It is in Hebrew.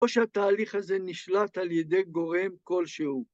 ‫או שהתהליך הזה נשלט ‫על ידי גורם כלשהו.